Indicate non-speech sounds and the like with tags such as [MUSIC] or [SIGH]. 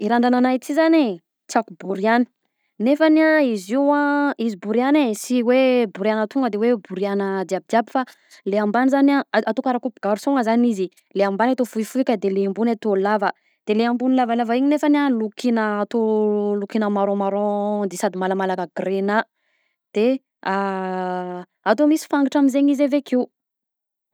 I randragnanahy ty zany tiàko boriàna nefany a izy io an izy boriàna e sy hoe boriàna sy tonga de hoe boriàna jiabijiaby fa le ambany zany a- atao karaha coupe garçon-gna zany izy e le ambany atao fohifohika de le ambony atao lava, de le ambony lavalava igny nefany a lokiagna atao lokiagna marron marron di sady malamalaka grenat de [HESITATION] atao misy fagnitra am'zegny izy akeo.